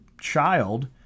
child